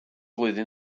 flwyddyn